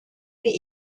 wie